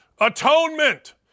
Atonement